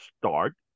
start